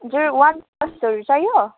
हजुर वान प्लसहरू चाहियो